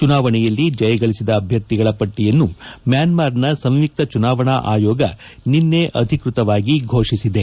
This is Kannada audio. ಚುನಾವಣೆಯಲ್ಲಿ ಜಯಗಳಿಸಿದ ಅಭ್ಯರ್ಥಿಗಳ ಪಟ್ಟಿಯನ್ನು ಮ್ಯಾನ್ಮಾರ್ನ ಸಂಯುಕ್ತ ಚುನಾವಣಾ ಆಯೋಗ ನಿನ್ನೆ ಅಧಿಕೃತವಾಗಿ ಘೋಷಿಸಿದೆ